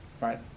Right